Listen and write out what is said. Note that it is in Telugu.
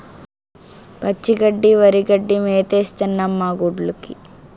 పచ్చి గడ్డి వరిగడ్డి మేతేస్తన్నం మాగొడ్డ్లుకి